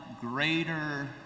greater